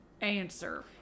Answer